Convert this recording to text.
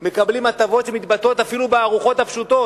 מקבלים הטבות שמתבטאות אפילו בארוחות הפשוטות.